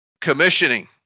Commissioning